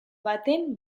baten